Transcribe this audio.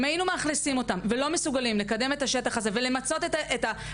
אם היינו מאכלסים אותן ולא מסוגלים לקדם את השטח הזה ולמצות את זה.